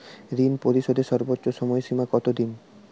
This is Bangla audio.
ঋণ পরিশোধের সর্বোচ্চ সময় সীমা কত দিন?